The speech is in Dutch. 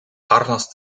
harnas